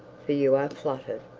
for you are flattered.